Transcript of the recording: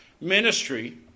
ministry